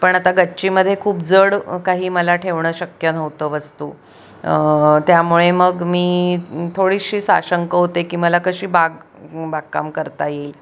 पण आता गच्चीमध्ये खूप जड काही मला ठेवणं शक्य नव्हतं वस्तू त्यामुळे मग मी थोडीशी साशंक होते की मला कशी बाग बागकाम करता येईल